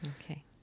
Okay